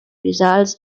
results